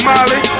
Molly